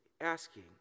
asking